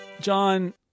John